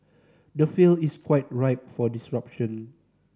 the field is quite ripe for disruption